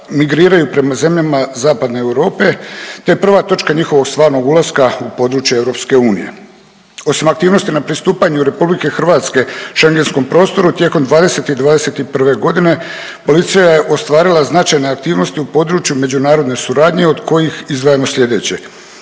migriraju prema zemljama zapadne Europe te prva točka njihovog stvarnog ulaska u područje EU. Osim aktivnosti na pristupanje RH šengenskom prostoru tijekom '20. i '21. g. policija je ostvarila značajne aktivnosti u području međunarodne suradnje od kojih izdvajamo sljedeće.